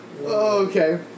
Okay